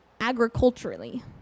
agriculturally